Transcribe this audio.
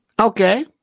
Okay